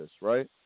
right